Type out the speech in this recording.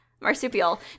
marsupial